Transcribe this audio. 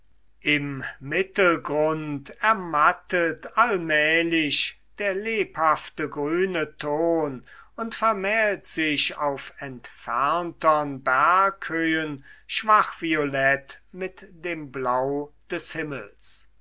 im mittelgrund ermattet allmählich der lebhafte grüne ton und vermählt sich auf entferntern berghöhen schwach violett mit dem blau des himmels